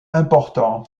important